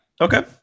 Okay